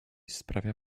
sprawia